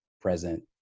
present